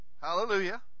Hallelujah